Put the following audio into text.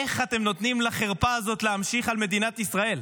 איך אתם נותנים לחרפה הזאת להמשיך במדינת ישראל?